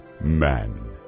man